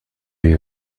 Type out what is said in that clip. you